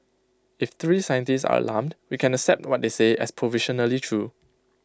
if three scientists are alarmed we can accept what they say as provisionally true